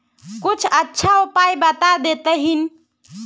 कुछ अच्छा उपाय बता देतहिन?